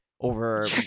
over